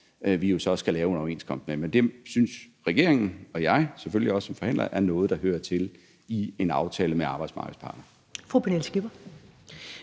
vi jo så skal lave en overenskomst med. Men det synes regeringen og jeg selvfølgelig også som forhandler er noget, der hører til i en aftale med arbejdsmarkedets parter.